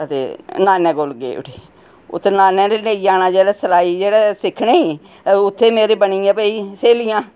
ते नानै कोल गेई उठी उत्थै नाने लेई जाना सलाई सिक्खने गी उत्थै मेरियां बनी गेइयां भाई स्हेलियां